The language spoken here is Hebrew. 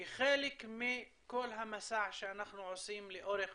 כחלק מכל המסע שאנחנו עושים לאורך